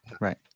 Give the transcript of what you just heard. Right